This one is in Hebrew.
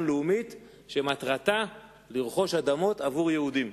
לאומית שמטרתה לרכוש אדמות עבור יהודים.